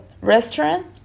restaurant